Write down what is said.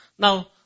Now